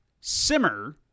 Simmer